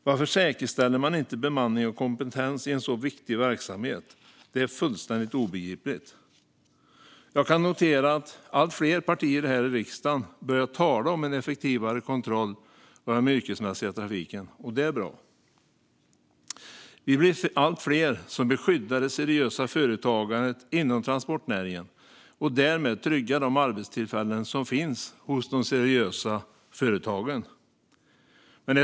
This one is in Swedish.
Varför säkerställer man inte bemanning och kompetens i en så viktig verksamhet? Det är fullständigt obegripligt. Jag kan notera att allt fler partier här i riksdagen börjar tala om en effektivare kontroll av den yrkesmässiga trafiken, och det är bra. Vi blir allt fler som vill skydda det seriösa företagandet inom transportnäringen och därmed trygga de arbetstillfällen som finns hos de seriösa företagen.